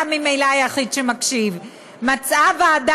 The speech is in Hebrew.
אתה ממילא היחיד שמקשיב: "מצאה הוועדה